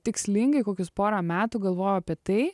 tikslingai kokius porą metų galvojau apie tai